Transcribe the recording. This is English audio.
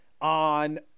on